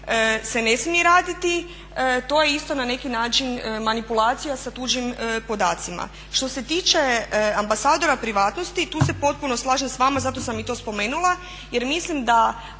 se ne smije raditi, to je isto na neki način manipulacija sa tuđim podacima. Što se tiče ambasadora privatnosti tu se potpuno slažem s vama, zato sam i to spomenula, jer mislim da